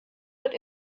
wird